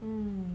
mm